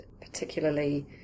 particularly